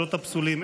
הקולות הפסולים,